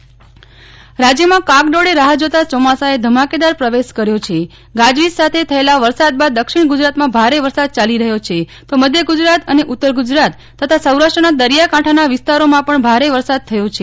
નેહ્લ ઠક્કર વરસાદ રાજયમાં કાગડોળે રાહ જોતાં ચોમાસાએ ધમાકેદાર પ્રવેશ કર્યો છે ગાજવીજ સાથે થયેલા વરસાદ બાદ દક્ષિણ ગુજરાતમાં ભારે વરસાદ ચાલી રહ્યો છે તો મધ્યગુજરાત અને ઉત્તરગુજરાત તથા સૌરાષ્ટ્રના દરિયાકાંઠાના વિસ્તારો માં પણ ભારે વરસાદ થયો છે